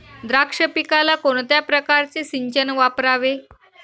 द्राक्ष पिकाला कोणत्या प्रकारचे सिंचन वापरावे?